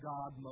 God